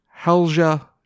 Halja